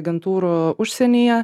agentūrų užsienyje